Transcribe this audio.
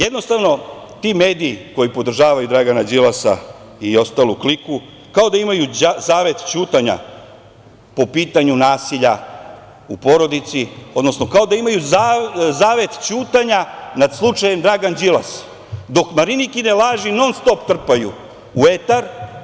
Jednostavno, ti mediji koji podržavaju Dragana Đilasa i ostalu kliku kao da imaju zavet ćutanja po pitanju nasilja u porodici, odnosno kao da imaju zavet ćutanja nad slučajem Dragana Đilasa, dok Marinikine laži non-stop trpaju u etar.